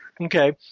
Okay